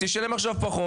תשלם עכשיו יותר,